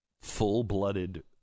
full-blooded